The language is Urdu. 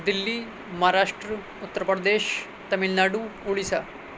دلی مہاراشٹر اتر پردیش تمل ناڈو اڑیسہ